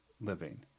living